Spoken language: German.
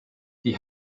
die